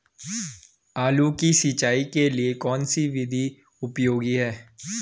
आलू की सिंचाई के लिए कौन सी विधि उपयोगी है?